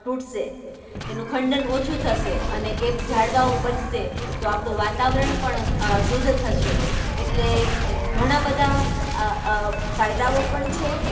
તૂટશે એનું ખંડન ઓછું થશે અને એ ઝાડવાઓ બચશે તો આપણું વાતાવરણ પણ શુદ્ધ થશે એટલે ઘણા બધા ફાયદાઓ પણ છે